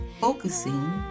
focusing